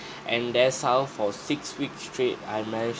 and that's how for six weeks straight I managed